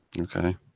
Okay